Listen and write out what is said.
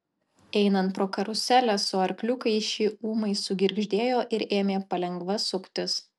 einant pro karuselę su arkliukais ši ūmai sugirgždėjo ir ėmė palengva suktis